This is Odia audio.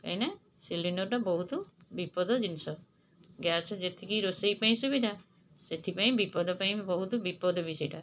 କାହିଁକିନା ସିଲିଣ୍ଡର୍ଟା ବହୁତ ବିପଦ ଜିନିଷ ଗ୍ୟାସ୍ ଯେତିକି ରୋଷେଇ ପାଇଁ ସୁବିଧା ସେଥିପାଇଁ ବିପଦ ପାଇଁ ବହୁତ ବିପଦ ବି ସେଇଟା